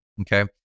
okay